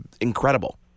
incredible